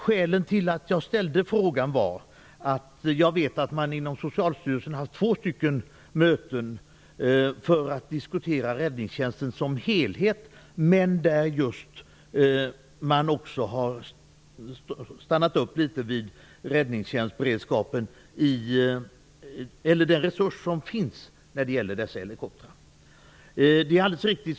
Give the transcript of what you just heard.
Skälet till att jag ställde frågan var att jag vet att man inom Socialstyrelsen har haft två stycken möten för att diskutera räddningstjänsten som helhet men där man också har stannat upp litet vid frågan om den resurs som dessa helikoptrar utgör.